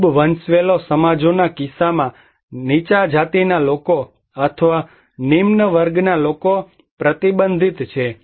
ખૂબ વંશવેલો સમાજોના કિસ્સામાં નીચા જાતિના લોકો અથવા નિમ્ન વર્ગના લોકો પ્રતિબંધિત છે